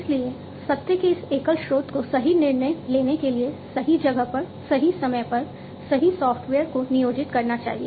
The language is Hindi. इसलिए सत्य के इस एकल स्रोत को सही निर्णय लेने के लिए सही जगह पर सही समय पर सही सॉफ्टवेयर को नियोजित करना चाहिए